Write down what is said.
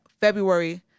February